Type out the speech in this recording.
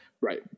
right